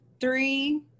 three